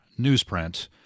newsprint